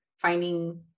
finding